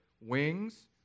Wings